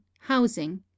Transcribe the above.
housing